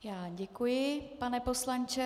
Já děkuji, pane poslanče.